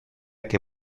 que